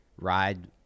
ride